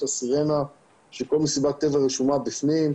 הסירנה כאשר כל מסיבת טבע רשומה בפנים.